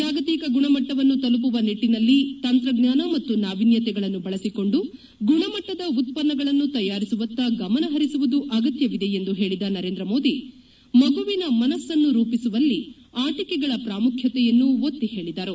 ಜಾಗತಿಕ ಗುಣಮಟ್ಟವನ್ನು ತಲುಪುವ ನಿಟ್ಟಿನಲ್ಲಿ ತಂತ್ರಜ್ಞಾನ ಮತ್ತು ನಾವಿನ್ಯತೆಗಳನ್ನು ಬಳಸಿಕೊಂಡು ಗುಣಮಟ್ಟದ ಉತ್ತನ್ನಗಳನ್ನು ತಯಾರಿಸುವತ್ತ ಗಮನ ಪರಿಸುವುದು ಅಗತ್ನವಿದೆ ಎಂದು ಹೇಳಿದ ನರೇಂದ್ರ ಮೋದಿ ಮಗುವಿನ ಮನಸ್ಸನ್ನು ರೂಪಿಸುವಲ್ಲಿ ಆಟಿಕೆಗಳ ಪ್ರಾಮುಖ್ಯತೆಯನ್ನು ಒತ್ತಿ ತೋರಿಸಿದರು